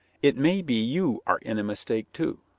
it may be you are in a mistake, too.